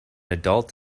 adult